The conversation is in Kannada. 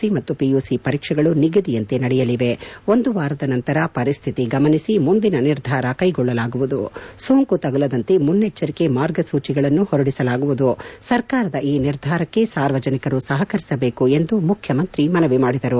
ಸಿ ಮತ್ತು ಪಿಯುಸಿ ಪರೀಕ್ಷೆಗಳು ನಿಗದಿಯಂತೆ ನಡೆಯಲಿವೆ ಒಂದು ವಾರದ ನಂತರ ಪರಿಶ್ವಿತಿ ಗಮನಿಸಿ ಮುಂದಿನ ನಿರ್ಧಾರ ಕೈಗೊಳ್ಳಲಾಗುವುದು ಸೋಂಕು ತಗುಲದಂತೆ ಮುನ್ನೆಜ್ಜರಿಕೆ ಮಾರ್ಗಸೂಚಿಗಳನ್ನು ಹೊರಡಿಸಲಾಗುವುದು ಸರ್ಕಾರದ ಈ ನಿರ್ಧಾರಕ್ಷೆ ಸಾರ್ವಜನಿಕರು ಸಹಕರಸಬೇಕು ಎಂದು ಮುಖ್ಯಮಂತ್ರಿ ಮನವಿ ಮಾಡಿದರು